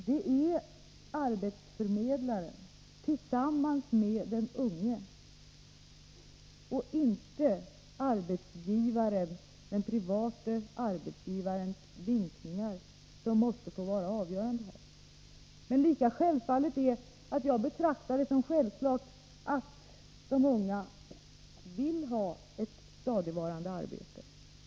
Det är vad arbetsförmedlaren tillsammans med den unge kommer fram till och inte den private arbetsgivarens ”vinkningar” som måste få vara avgörande. Jag betraktar det som lika självklart att de unga vill ha ett stadigvarande arbete.